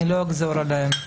ולא אחזור עליהן.